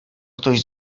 ktoś